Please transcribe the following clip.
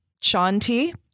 Shanti